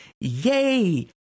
Yay